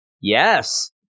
Yes